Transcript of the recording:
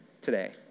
today